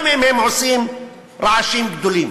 גם אם הם עושים רעשים גדולים.